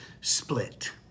split